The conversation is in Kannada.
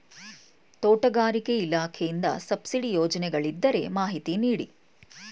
ತೋಟಗಾರಿಕೆ ಇಲಾಖೆಯಿಂದ ಸಬ್ಸಿಡಿ ಯೋಜನೆಗಳಿದ್ದರೆ ಮಾಹಿತಿ ನೀಡಿ?